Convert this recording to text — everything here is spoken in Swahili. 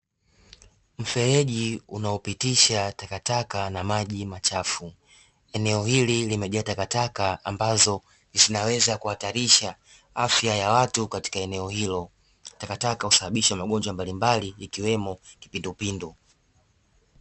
Mfereji unaopitisha takataka na maji machafu, eneo hili limejaa takataka ambazo zinaweza kuhatarisha afya za watu katika eneo hilo. Takataka husababisha magonjwa mbalimbali ikiwemo kipindupindu